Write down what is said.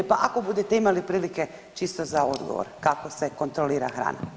Pa ako budete imali prilike čisto za odgovor kako se kontrolira hrana.